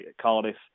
Cardiff